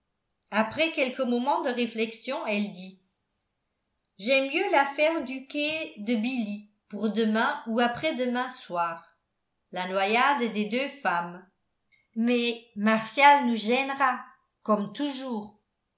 après quelques moments de réflexion elle dit j'aime mieux l'affaire du quai de billy pour demain ou après-demain soir la noyade des deux femmes mais martial nous gênera comme toujours